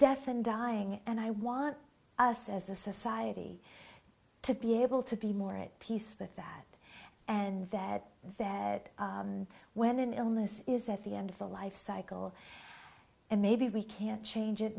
death and dying and i want us as a society to be able to be more at peace with that and that that when an illness is at the end of the life cycle and maybe we can change it